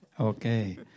Okay